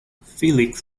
felix